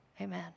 Amen